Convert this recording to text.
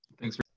Thanks